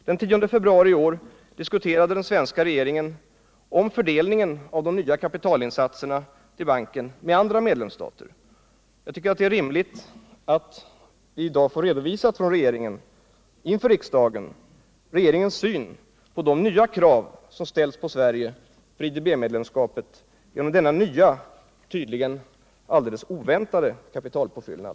Den 10 februari i år diskuterade den svenska regeringen fördelningen av de nya kapitalinsatserna till banken med andra medlemsstater. Jag tycker att det är rimligt att regeringen i dag för riksdagen redovisar sin syn på de nya krav som ställs på Sverige för ett IDB-medlemskap genom denna nya och tydligen alldeles oväntade kapitalpåfyllnad.